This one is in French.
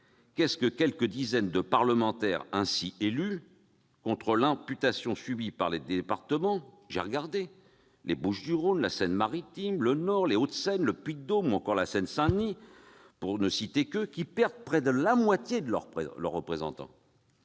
Que pèsent quelques dizaines de parlementaires ainsi élus face à l'amputation subie par des départements comme les Bouches-du-Rhône, la Seine-Maritime, le Nord, les Hauts-de-Seine, le Puy-de-Dôme ou encore la Seine-Saint-Denis, pour ne citer qu'eux, qui perdraient près de la moitié de leurs représentants